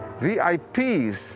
VIPs